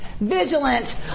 vigilant